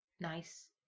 nice